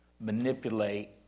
manipulate